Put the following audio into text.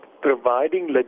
providing